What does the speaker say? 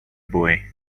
boy